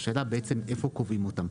השאלה איפה קובעים אותם.